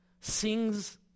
sings